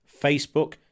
Facebook